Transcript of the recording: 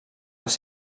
les